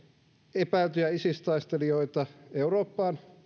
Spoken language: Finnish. epäiltyjä isis taistelijoita eurooppaan